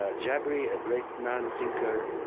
ah jaberi, a great man, thinker,